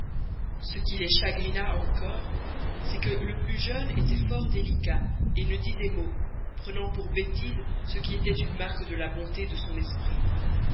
ce qui les chagrinoit encore c'est que le plus jeune estoit fort delicat et ne disoit mot prenant pour bestise ce qui estoit une marque de la bonté de son esprit